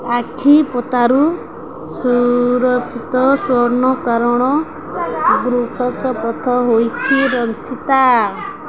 ଆଖିପତାରୁ ସୁରକ୍ଷିତ ସ୍ଵର୍ଣ୍ଣ କାରଣ ବୃହତ୍ ପଥ ହୋଇଛି